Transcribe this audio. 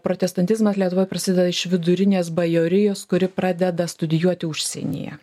protestantizmas lietuvoj prasideda iš vidurinės bajorijos kuri pradeda studijuoti užsienyje